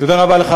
תודה רבה לך,